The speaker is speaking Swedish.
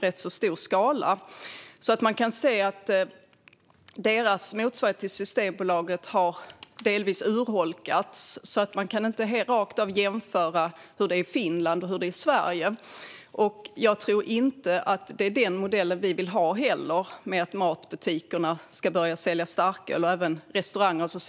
Eftersom Finlands alkoholmonopol delvis har urholkats kan man alltså inte rakt av jämföra Finland och Sverige. Jag tror inte att vi vill ha modellen där matbutiker och restauranger säljer starköl på detta vis.